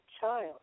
child